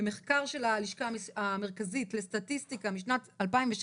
מחקר של הלשכה המרכזית לסטטיסטיקה משנת 2016